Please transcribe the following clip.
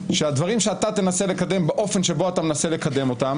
שהדברים שאתה תנסה לקדם באופן שבו אתה מנסה לקדם אותם